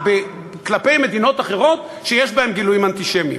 כלפי מדינות אחרות שיש בהן גילויים אנטישמיים.